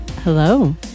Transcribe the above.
Hello